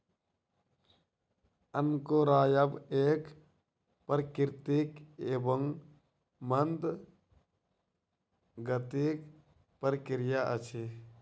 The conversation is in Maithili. अंकुरायब एक प्राकृतिक एवं मंद गतिक प्रक्रिया अछि